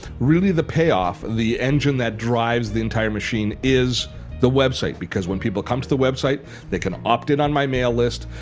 really the payoff, the engine that drives the entire machine is the website because when people come to the website they can opt-in on my mail list,